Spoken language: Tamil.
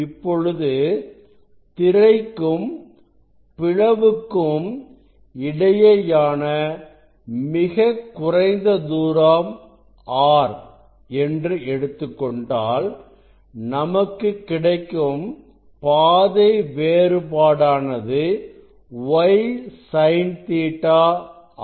இப்பொழுது திரைக்கும் பிளவுக்கும் இடையேயான மிகக் குறைந்த தூரம் R என்று எடுத்துக் கொண்டால் நமக்கு கிடைக்கும் பாதை வேறுபாடானது y sin Ɵ ஆகும்